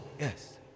Yes